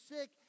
sick